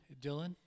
Dylan